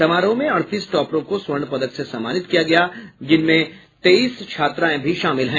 समारोह में अड़तीस टॉपरों को स्वर्ण पदक से सम्मानित किया गया जिसमें तेईस छात्राएं भी शामिल हैं